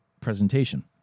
presentation